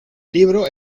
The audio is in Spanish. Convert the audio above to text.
libro